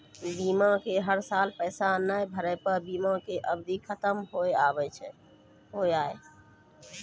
बीमा के हर साल पैसा ना भरे पर बीमा के अवधि खत्म हो हाव हाय?